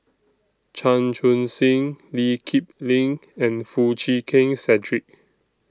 Chan Chun Sing Lee Kip Lin and Foo Chee Keng Cedric